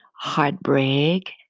heartbreak